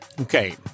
Okay